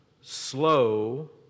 slow